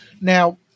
Now